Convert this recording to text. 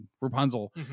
Rapunzel